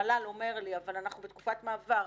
מל"ל אומר לי, אבל אנחנו בתקופת מעבר.